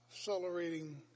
Accelerating